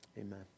amen